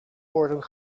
worden